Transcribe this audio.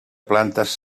plantes